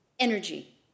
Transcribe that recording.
energy